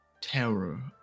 terror